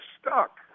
stuck